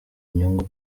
inyungu